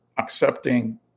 Accepting